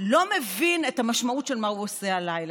לא מבין את המשמעות של מה שהוא עושה הלילה.